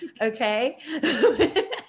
okay